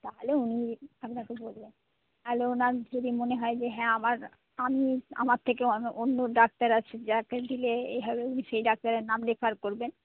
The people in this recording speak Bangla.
তাহলে উনি আপনাকে বলবেন তাহলে ওঁর যদি মনে হয় যে হ্যাঁ আবার আমি আমার থেকে অন্য ডাক্তার আছে যাকে দিলে এ এই হবে উনি সেই ডাক্তারের নাম রেফার করবেন